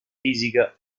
fisica